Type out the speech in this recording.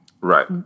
Right